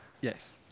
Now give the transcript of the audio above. yes